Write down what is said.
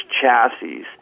chassis